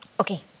Okay